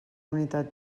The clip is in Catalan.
unitat